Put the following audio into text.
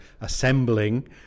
assembling